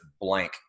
blank